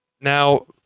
Now